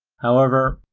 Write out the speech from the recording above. however,